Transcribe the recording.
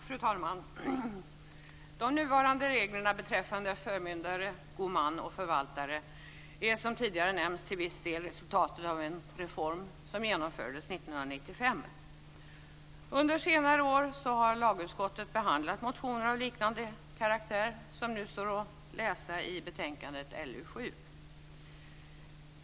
Fru talman! De nuvarande reglerna beträffande förmyndare, gode män och förvaltare är, som tidigare nämnts, till viss del resultatet av en reform som genomfördes 1995. Under senare år har lagutskottet behandlat motioner liknande dem som vi nu kan läsa om i betänkandet LU7.